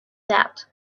that